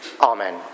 Amen